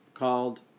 called